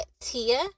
Tia